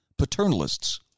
paternalists